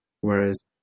Whereas